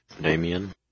Damien